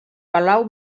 palau